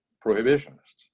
prohibitionists